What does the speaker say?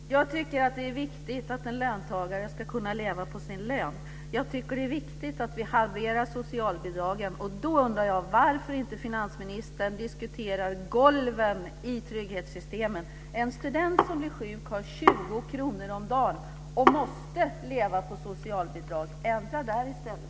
Fru talman! Jag tycker att det är viktigt att en löntagare ska kunna leva på sin lön. Jag tycker att det är viktigt att vi halverar socialbidragen. Då undrar jag varför finansministern inte diskuterar golven i trygghetssystemen. En student som blir sjuk har 20 kr om dagen och måste leva på socialbidrag. Ändra där i stället!